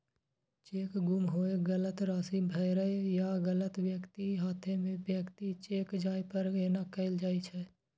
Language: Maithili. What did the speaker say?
चेक गुम होय, गलत राशि भरै या गलत व्यक्तिक हाथे मे व्यक्तिगत चेक जाय पर एना कैल जाइ छै